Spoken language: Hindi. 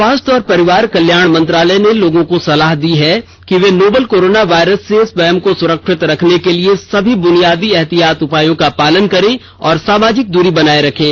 स्वास्थ्य और परिवार कल्याण मंत्रालय ने लोगों को सलाह दी है कि वे नोवल कोरोना वायरस से अपने को सुरक्षित रखने के लिए सभी बुनियादी एहतियाती उपायों का पालन करें और सामाजिक दूरी बनाए रखें